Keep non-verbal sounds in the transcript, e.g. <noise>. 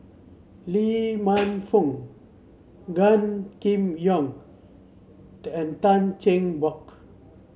Lee Man Fong Gan Kim Yong <unintelligible> and Tan Cheng Bock